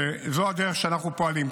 זו הדרך שבה אנחנו פועלים.